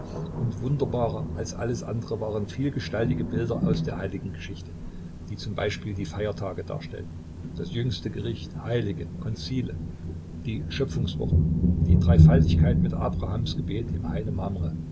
und wunderbarer als alles andere waren vielgestaltige bilder aus der heiligengeschichte die zum beispiele die feiertage darstellten das jüngste gericht heilige konzile die schöpfungswoche die dreifaltigkeit mit abrahams gebet im